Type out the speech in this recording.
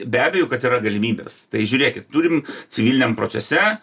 be abejo kad yra galimybės tai žiūrėkit turim civiliniam procese